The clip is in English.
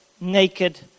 naked